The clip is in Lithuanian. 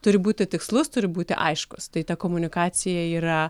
turi būti tikslus turi būti aiškus tai ta komunikacija yra